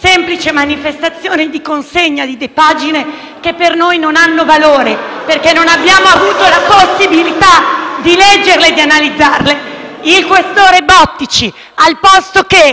semplice manifestazione di consegna di pagine che per noi non hanno valore *(Commenti dal Gruppo M5S)*, perché non abbiamo avuto la possibilità di leggerle e di analizzarle, il questore Bottici, al posto di